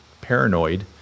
paranoid